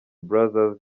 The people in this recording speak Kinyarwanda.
brothers